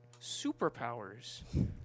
superpowers